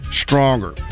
stronger